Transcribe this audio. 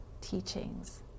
teachings